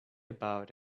about